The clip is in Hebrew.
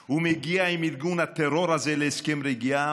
ומגיע עם ארגון הטרור הזה להסכם רגיעה,